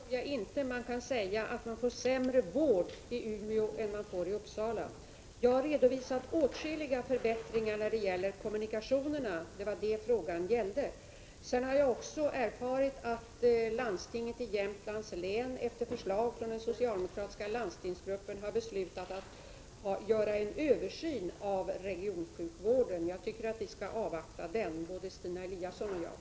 Herr talman! Först och främst tror jag inte man kan säga att det är sämre vård i Umeå än i Uppsala. Jag har redovisat åtskilliga förbättringar när det gäller kommunikationerna, och det var dem frågan gällde. Så har jag också erfarit att landstinget i Jämtlands län efter förslag från den socialdemokratiska landstingsgruppen har beslutat att göra en översyn av regionsjukvården. Jag tycker att både Stina Eliasson och jag skall avvakta den.